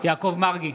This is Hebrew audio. יעקב מרגי,